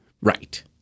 Right